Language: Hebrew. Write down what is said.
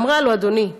ואמרה לו: אדוני,